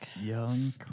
Young